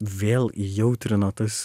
vėl įjautrino tas